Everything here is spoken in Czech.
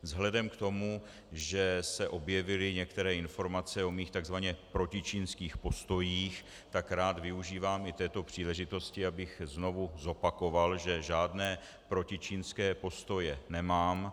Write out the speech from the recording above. Vzhledem k tomu, že se objevily některé informace o mých tzv. protičínských postojích, tak rád využívám i této příležitosti, abych znovu zopakoval, že žádné protičínské postoje nemám.